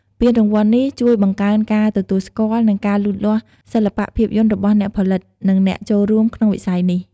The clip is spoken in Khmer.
ពានរង្វាន់នេះជួយបង្កើនការទទួលស្គាល់ និងការលូតលាស់សិល្បៈភាពយន្តរបស់អ្នកផលិត និងអ្នកចូលរួមក្នុងវិស័យនេះ។